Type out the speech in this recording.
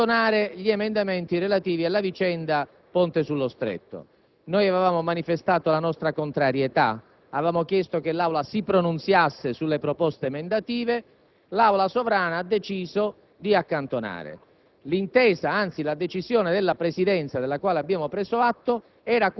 maggioranza, approvando la richiesta del relatore di accantonare gli emendamenti relativi alla vicenda «Ponte sullo Stretto». Noi avevamo manifestato la nostra contrarietà chiedendo che l'Aula si pronunziasse sulle proposte emendative. L'Aula, sovrana, ha deciso di accantonarle.